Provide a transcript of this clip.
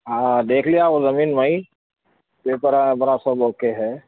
ہاں دیکھ لیا وہ زمین بھائی پیپراں وغیرہ سب اوکے ہے